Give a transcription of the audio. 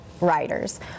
riders